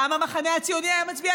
גם המחנה הציוני היה מצביע,